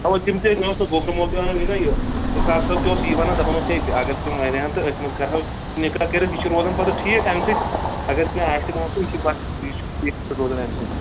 اوا تِم تہِ مےٚ اوس سُہ گوبرٕ مول تہِ وَنان یہِ نا یہِ اِشتحاق صٲب تہِ اوس یی وَنان دَپَان اوس ییٚتہِ اگر تِم وَنہِ ہا تہٕ أتھۍ منٛز کَرہو نِکاح کٔرِتھ یہِ چھُ روزان پَتہٕ ٹھیٖک اَمہِ سۭتۍ اگر مےٚ آسہِ مان ژٕ یہِ چھُ باسان یہِ روزان اَمہِ سۭتۍ